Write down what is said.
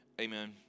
amen